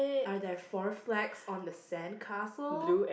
are there four flags on the sandcastle